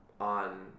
on